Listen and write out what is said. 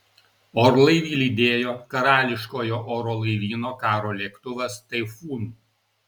orlaivį lydėjo karališkojo oro laivyno karo lėktuvas taifūn